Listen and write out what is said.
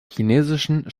chinesischen